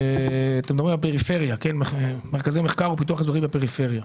אתם מדברים על מרכזי מחקר ופיתוח אזורי בפריפריה.